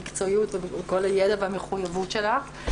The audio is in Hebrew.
במקצועיות ובכל הידע והמחויבות שלך,